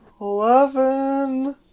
eleven